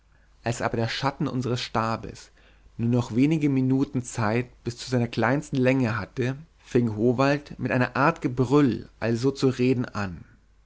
als aber der schatten unseres stabes nur noch wenige minuten zeit bis zu seiner kleinsten länge hatte fing howald mit einer art gebrüll also zu reden an